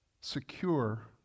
secure